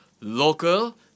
Local